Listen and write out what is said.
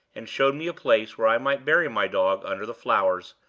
and showed me a place where i might bury my dog under the flowers,